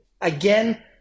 again